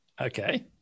Okay